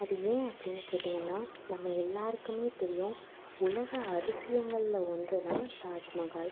அது ஏன் அப்படின்னு கேட்டிங்கன்னா நம்ம எல்லாருக்குமே தெரியும் உலக அதிசயங்கள்ல ஒன்று தான் தாஜ்மஹால்